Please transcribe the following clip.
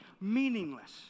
meaningless